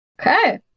Okay